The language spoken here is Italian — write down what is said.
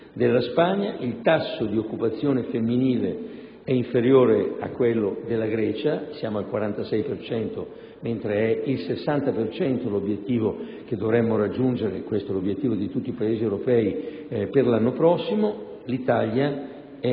della Spagna. Il tasso di occupazione femminile è inferiore a quello della Grecia; siamo al 46 per cento, mentre è il 60 per cento l'obiettivo che dovremmo raggiungere (questo è l'obiettivo di tutti i Paesi europei per l'anno prossimo). L'Italia è